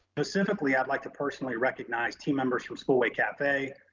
specifically, i'd like to personally recognize team members from schoolway cafe,